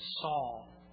Saul